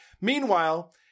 Meanwhile